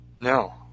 no